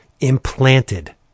Implanted